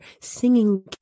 singing